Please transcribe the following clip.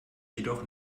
jedoch